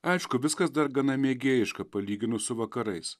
aišku viskas dar gana mėgėjiška palyginus su vakarais